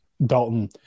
Dalton